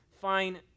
fine